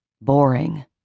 Boring